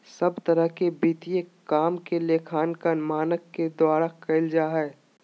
सब तरह के वित्तीय काम के लेखांकन मानक के द्वारा करल जा हय